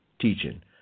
teaching